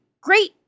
great